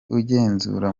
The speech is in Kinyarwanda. ugenzura